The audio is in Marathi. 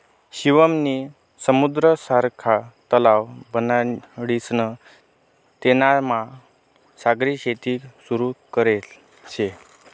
शिवम नी समुद्र सारखा तलाव बनाडीसन तेनामा सागरी शेती सुरू करेल शे